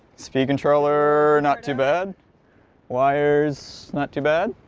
speed controller not too bad wires not too bad